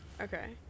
Okay